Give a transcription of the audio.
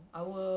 kan